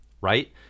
Right